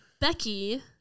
Becky